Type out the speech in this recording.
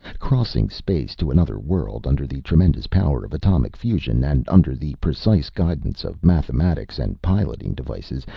crossing space to another world under the tremendous power of atomic fusion, and under the precise guidance of mathematics and piloting devices,